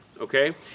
okay